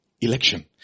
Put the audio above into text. election